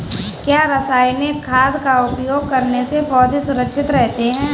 क्या रसायनिक खाद का उपयोग करने से पौधे सुरक्षित रहते हैं?